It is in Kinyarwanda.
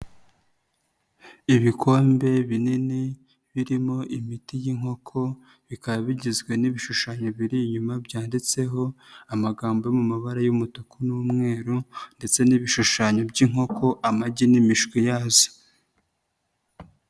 Ibikombe binini birimo imiti y'inkoko, bikaba bigizwe n'ibishushanyo biri inyuma byanditseho amagambo yo mu mabara y'umutuku n'umweru ndetse n'ibishushanyo by'inkoko, amagi n'imishwi yazo.